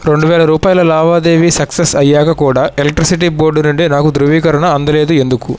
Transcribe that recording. రెండు వేల రూపాయల లావాదేవీ సక్సెస్ అయ్యాక కూడా ఎలెక్ట్రిసిటీ బోర్డు నుండి నాకు ధ్రువీకరణ అందలేదు ఎందుకు